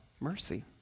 mercy